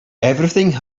everything